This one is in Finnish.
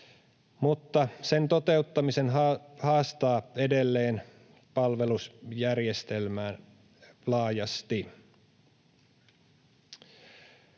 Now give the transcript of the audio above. mutta sen toteuttamisen haastaa edelleen palvelujärjestelmä laajasti.